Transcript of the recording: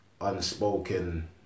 unspoken